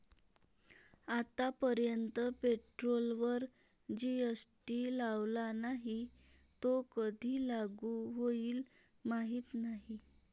आतापर्यंत पेट्रोलवर जी.एस.टी लावला नाही, तो कधी लागू होईल माहीत नाही